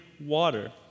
water